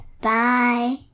Bye